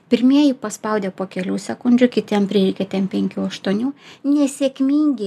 pirmieji paspaudė po kelių sekundžių kitiem prireikė ten penkių aštuonių nesėkmingi